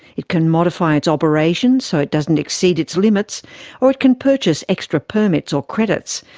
it can modify its operations so it doesn't exceed its limits or it can purchase extra permits or credits,